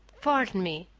pardon me,